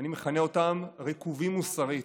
אני מכנה אותם רקובים מוסרית,